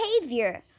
behavior